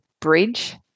bridge